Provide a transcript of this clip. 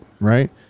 right